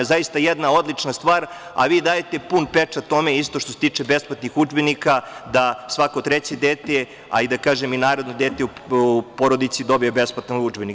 Zaista jedna odlična stvar, a vi dajete pun pečat tome i što se tiče besplatnih udžbenika da svako treće dete, a i da kažem naredno dete u porodici dobije besplatan udžbenik.